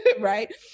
right